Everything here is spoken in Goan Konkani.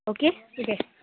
ओके किदें